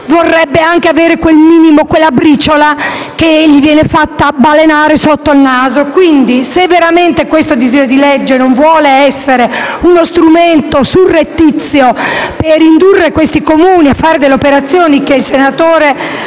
vorrebbe anche avere quel minimo, quella briciola che gli viene fatta balenare sotto il naso. Se veramente questo disegno di legge non vuole essere uno strumento surrettizio per indurre questi Comuni a fare delle operazioni che, come il senatore